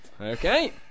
okay